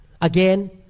Again